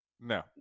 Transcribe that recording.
No